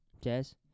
Jazz